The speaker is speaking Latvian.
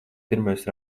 pirmais